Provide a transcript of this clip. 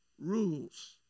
rules